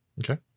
Okay